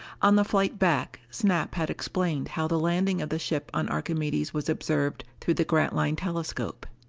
on the flight back, snap had explained how the landing of the ship on archimedes was observed through the grantline telescope.